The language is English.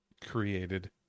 created